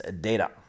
data